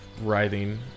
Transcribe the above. writhing